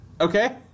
Okay